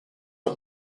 are